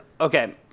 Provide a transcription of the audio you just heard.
Okay